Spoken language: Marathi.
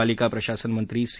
पालिका प्रशासनमंत्री सी